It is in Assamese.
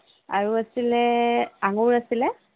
আৰু আছিল আঙুৰ আছিল